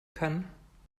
kann